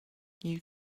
you